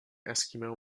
eskimo